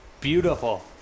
beautiful